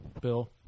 Bill